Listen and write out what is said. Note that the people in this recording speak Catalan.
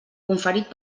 conferit